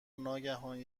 ناگهان